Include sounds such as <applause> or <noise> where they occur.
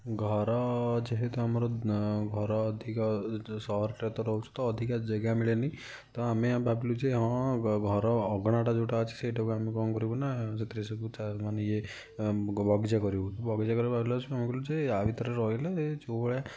ଘର ଯେହେତୁ ଆମର ଘର ଅଧିକ ସହରରେ ତ ରହୁଛୁ ତ ଅଧିକ ଜାଗା ମିଳେନି ତ ଆମେ ଭାବିଲୁ ଯେ ହଁ ଘର ଅଗଣାଟା ଯେଉଁଟା ଅଛି ସେଇଟାକୁ ଆମେ କ'ଣ କରିବୁ ନା ସେଥିରେ ସବୁ ମାନେ ଇଏ ବଗିଚା କରିବୁ ବଗିଚା କଲେ <unintelligible> ଆ'ଭିତରେ ରହିଲେ ଯେଉଁଭଳିଆ